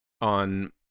on